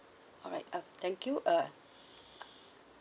alright uh thank you uh